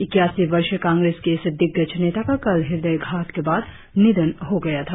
इक्यासी वर्षीय कांग्रेस की इस दिग्गज नेता का कल हृदयाघात के बाद निधन हो गया था